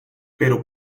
pero